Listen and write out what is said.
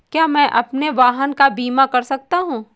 क्या मैं अपने वाहन का बीमा कर सकता हूँ?